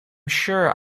sure